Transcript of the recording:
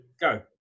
go